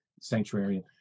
sanctuary